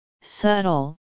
subtle